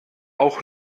auch